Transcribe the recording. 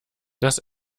das